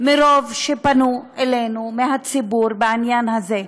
מרוב שפנו אלינו מהציבור בעניין הזה.